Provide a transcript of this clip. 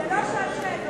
זו לא שעת שאלות.